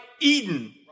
Eden